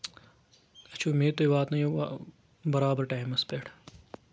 اَسہِ چھِ اُمید تُہۍ واتنٲیو برابر ٹایمَس پؠٹھ